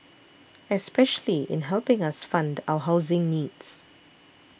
especially in helping us fund our housing needs